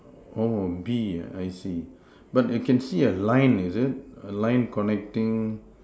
oh bee I see but I can see a line is it a line connecting